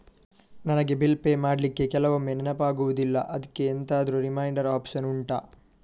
ನನಗೆ bill pay ಮಾಡ್ಲಿಕ್ಕೆ ಕೆಲವೊಮ್ಮೆ ನೆನಪಾಗುದಿಲ್ಲ ಅದ್ಕೆ ಎಂತಾದ್ರೂ ರಿಮೈಂಡ್ ಒಪ್ಶನ್ ಉಂಟಾ